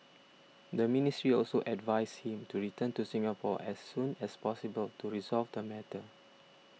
the ministry also advised him to return to Singapore as soon as possible to resolve the matter